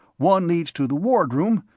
one leads to the wardroom,